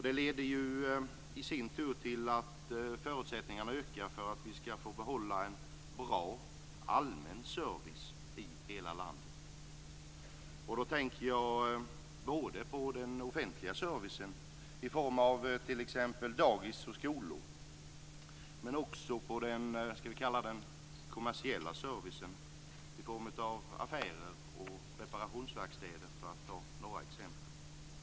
Det leder i sin tur till att förutsättningarna ökar för att vi skall få behålla en bra allmän service i hela landet. Då tänker jag både på den offentliga servicen i form av t.ex. dagis och skolor men också på den kommersiella servicen i form av affärer och reparationsverkstäder, för att ta några exempel.